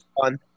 fun